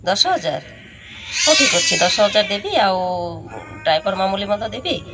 ଦଶ ହଜାର ହଉ ଠିକ୍ ଅଛି ଦଶ ହଜାର ଦେବି ଆଉ ଡ୍ରାଇଭର୍ ମାମୁଲି ମଧ୍ୟ ଦେବି